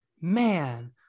man